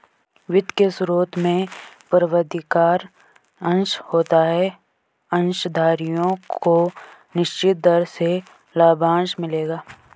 वित्त के स्रोत में पूर्वाधिकार अंश होता है अंशधारियों को निश्चित दर से लाभांश मिलेगा